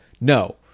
No